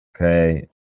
Okay